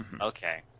okay